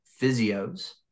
physios